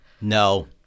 No